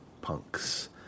punks